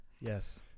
Yes